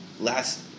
last